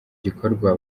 gikorwa